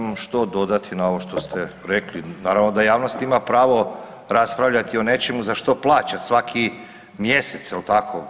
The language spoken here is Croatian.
Pa nemam što dodati na ovo što ste rekli, naravno da javnost ima pravo raspravljati o nečemu za što plaća svaki mjesec, je li tako?